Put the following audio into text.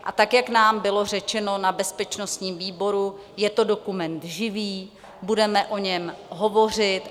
A tak jak nám bylo řečeno na bezpečnostním výboru, je to dokument živý, budeme o něm hovořit.